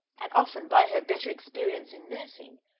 and often by her better experience in nursing,